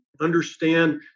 understand